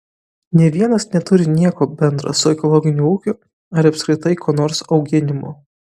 nė vienas neturi nieko bendra su ekologiniu ūkiu ar apskritai ko nors auginimu